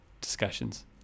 Discussions